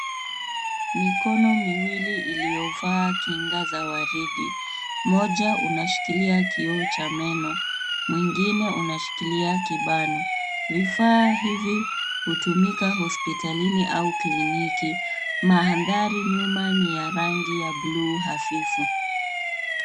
Mikono miwili iliyovaa kinga za waridi. Mmoja unashikilia kioo cha meno na mwingine unashikilia kibano. Vifaa hivi hutumika hospitalini au kliniki. Mandhari nyuma ni ya rangi ya buluu hafifu.